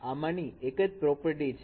આ આમાંની એક જ પ્રોપર્ટી છે